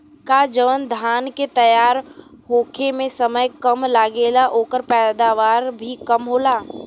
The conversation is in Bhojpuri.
का जवन धान के तैयार होखे में समय कम लागेला ओकर पैदवार भी कम होला?